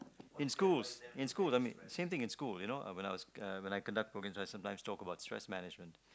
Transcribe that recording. in schools in schools I mean same thing in school you know when I was when I conduct working often times talk about stress management